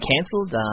cancelled